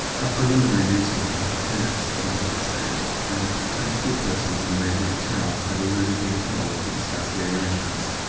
a preliminary meeting of the tenants on the estate and the principal persons in the neighboring town had already been held to discuss the arrangements,